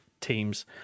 teams